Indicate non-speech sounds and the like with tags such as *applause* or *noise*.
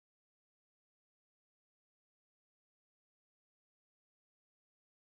*unintelligible*